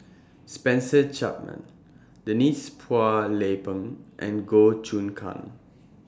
Spencer Chapman Denise Phua Lay Peng and Goh Choon Kang